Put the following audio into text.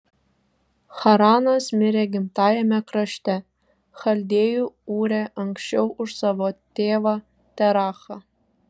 haranas mirė gimtajame krašte chaldėjų ūre anksčiau už savo tėvą terachą